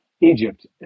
Egypt